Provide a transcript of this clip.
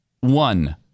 One